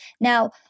Now